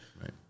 Right